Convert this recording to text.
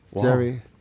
Jerry